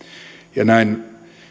näin